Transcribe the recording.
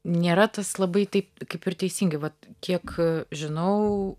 nėra tas labai taip kaip ir teisingai vat kiek žinau